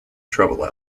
trouble